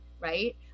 right